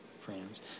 friends